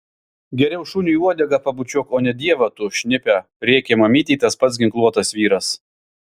geriau šuniui uodegą pabučiuok o ne dievą tu šnipe rėkė mamytei tas pats ginkluotas vyras